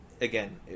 Again